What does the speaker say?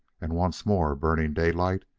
and once more burning daylight,